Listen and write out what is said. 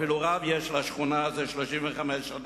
אפילו רב יש לשכונה זה 35 שנה,